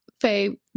Faye